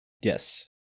Yes